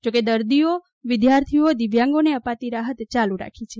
જો કે દર્દીઓ વિદ્યાર્થીઓ દિવ્યાંગોને અપાતી રાહત યાલુ રાખી છે